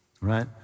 right